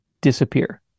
disappear